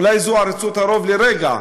אולי זו עריצות הרוב-לרגע,